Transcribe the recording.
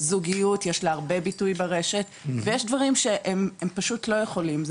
זוגיות יש לה הרבה ביטוי ברשת ויש דברים שהם פשוט לא יכולים,